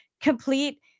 complete